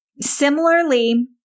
similarly